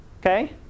Okay